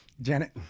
Janet